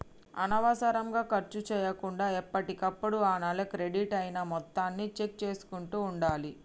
అనవసరంగా ఖర్చు చేయకుండా ఎప్పటికప్పుడు ఆ నెల క్రెడిట్ అయిన మొత్తాన్ని చెక్ చేసుకుంటూ ఉండాలి